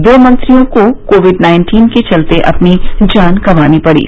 दो मंत्रियों को कोविड नाइन्टीन के चलते अपनी जान गंवानी पड़ी